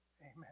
Amen